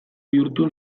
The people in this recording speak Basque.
bihurtu